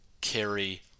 carry